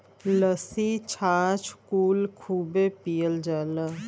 लस्सी छाछ कुल खूबे पियल जाला